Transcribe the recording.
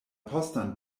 postan